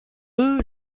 eux